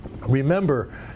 Remember